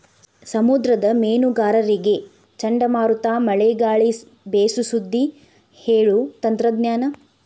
ಸಮುದ್ರದ ಮೇನುಗಾರರಿಗೆ ಚಂಡಮಾರುತ ಮಳೆ ಗಾಳಿ ಬೇಸು ಸುದ್ದಿ ಹೇಳು ತಂತ್ರಜ್ಞಾನ